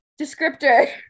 descriptor